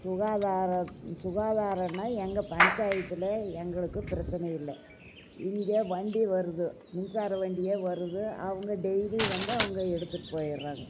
சுகாதாரம் சுகாதாரோம்னா எங்கள் பஞ்சாயத்தில் எங்களுக்கு பிரச்சனை இல்லை இங்கே வண்டி வருது மின்சார வண்டியே வருது அவங்க டெய்லி வந்து அவங்க எடுத்துகிட்டு போயிடறாங்க